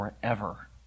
forever